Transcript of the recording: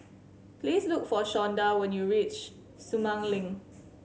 please look for Shawnda when you reach Sumang Link